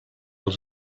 els